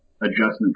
adjustment